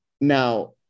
Now